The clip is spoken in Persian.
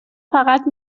فقط